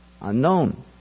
unknown